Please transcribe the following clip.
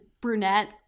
brunette